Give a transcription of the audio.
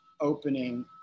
opening